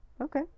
okay